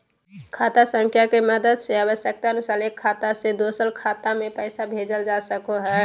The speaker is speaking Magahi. खाता संख्या के मदद से आवश्यकता अनुसार एक खाता से दोसर खाता मे पैसा भेजल जा सको हय